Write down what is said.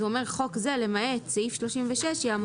אמרנו שזו